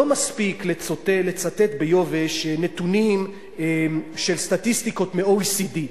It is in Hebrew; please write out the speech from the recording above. לא מספיק לצטט ביובש נתונים של סטטיסטיקות מה-OECD,